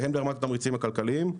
והן ברמת התמריצים הכלכליים.